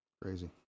crazy